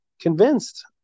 convinced